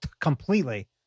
completely